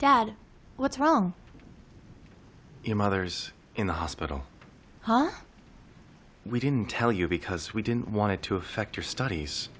dad what's wrong your mother's in the hospital we didn't tell you because we didn't want it to affect your studies